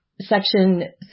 Section